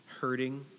hurting